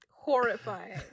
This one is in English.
horrifying